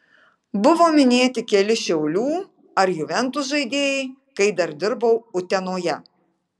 buvo minėti keli šiaulių ar juventus žaidėjai kai dar dirbau utenoje